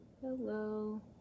hello